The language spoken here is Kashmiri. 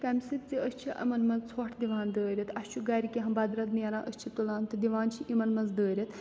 کَمہِ سۭتۍ زِ أسۍ چھِ یِمَن منٛز ژھۄٹھ دِوان دٲرِتھ اَسہِ چھُ گَرِ کیٚنٛہہ بَدرَد نیران أسۍ چھِ تُلان تہٕ دِوان چھِ یِمَن منٛز دٲرِتھ